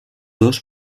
dos